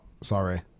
Sorry